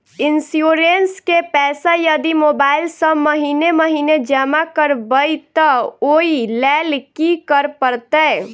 Insurance केँ पैसा यदि मोबाइल सँ महीने महीने जमा करबैई तऽ ओई लैल की करऽ परतै?